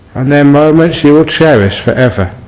and they are moments you will cherish for ever.